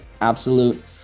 absolute